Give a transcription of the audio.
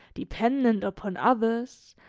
dependent upon others,